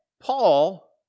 Paul